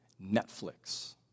Netflix